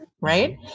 right